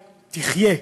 תחיה".